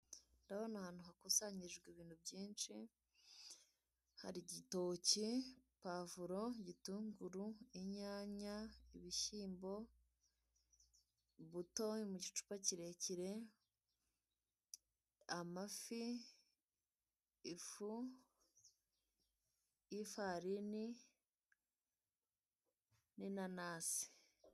Ndabona ahantu hakusanyirijwe ibintu byinshi hari igitoki, puwavuro, ibitunguru inyanya, ibishyimbo, ubuto mu gicupa kirekire, amafi, ifu, y'ifarini, n'inanasi.